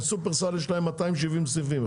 שופרסל יש להם 270 סניפים,